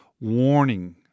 warning